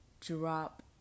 drop